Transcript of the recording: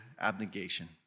abnegation